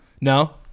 no